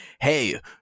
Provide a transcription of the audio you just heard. hey